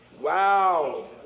Wow